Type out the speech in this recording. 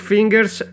Fingers